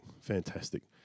fantastic